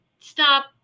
stop